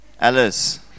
Alice